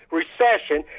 recession